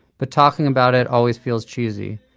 but talking about it always feels cheesy.